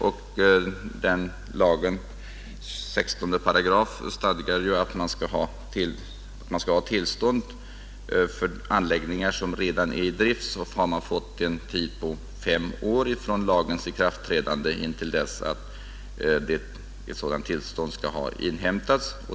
Den lagens 16 § stadgar att man skall ha tillstånd för anläggningar som redan är i drift, och man har fått en frist på fem år från lagens ikraftträdande till dess att ett sådan tillstånd skall ha inhämtats.